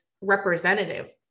representative